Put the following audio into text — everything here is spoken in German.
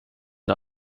der